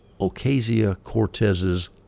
Ocasio-Cortez's